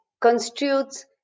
constitutes